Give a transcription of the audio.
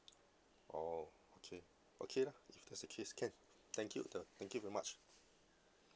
oh okay okay lah if that is the case can thank you then thank you very much